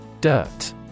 Dirt